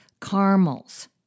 caramels